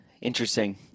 Interesting